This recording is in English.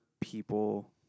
people